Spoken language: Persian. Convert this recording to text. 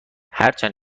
هرچند